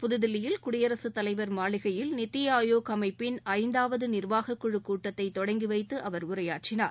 புதுதில்லியில் குடியரகத்தலைவர் மாளிகையில் நிதி ஆயோக் அமைப்பின் ஐந்தாவது நிர்வாகக்குழு கூட்டத்தை தொடங்கிவைத்து அவர் உரையாற்றினார்